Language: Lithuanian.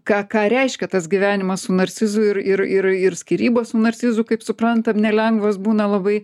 ką ką reiškia tas gyvenimas su narcizu ir ir ir ir skyrybos su narcizu kaip suprantam nelengvos būna labai